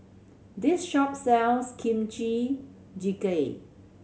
this shop sells Kimchi Jjigae